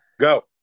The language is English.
Go